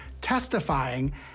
testifying